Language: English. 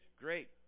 great